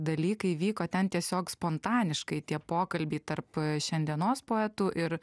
dalykai vyko ten tiesiog spontaniškai tie pokalbiai tarp šiandienos poetų ir